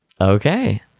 Okay